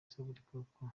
seburikoko